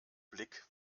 blick